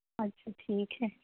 اچھا ٹھیک ہے